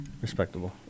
Respectable